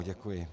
Děkuji.